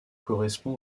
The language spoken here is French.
correspond